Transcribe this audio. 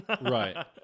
Right